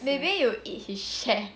maybe you eat his share